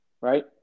Right